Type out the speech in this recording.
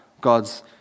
God's